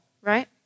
right